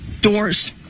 Doors